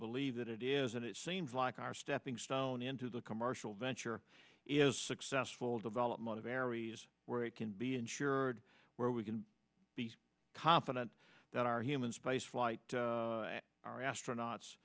believe that it is and it seems like our stepping stone into the commercial venture is successful development of areas where it can be ensured where we can be confident that our human spaceflight our astronauts